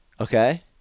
Okay